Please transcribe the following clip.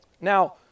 Now